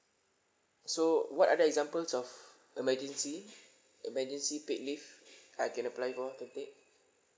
so what other examples of emergency emergency paid leave I can apply for to take